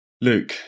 Luke